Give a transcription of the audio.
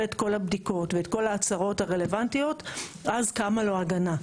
את כל הבדיקות ואת כל ההצהרות הרלוונטיות אז קמה לו הגנה.